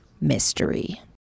mystery